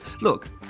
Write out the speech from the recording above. Look